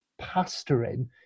pastoring